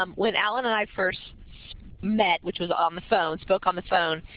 um when allen and i first met which was on the phone spoke on the phone,